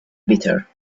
bitter